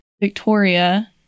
victoria